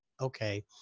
Okay